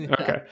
Okay